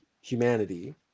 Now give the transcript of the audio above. humanity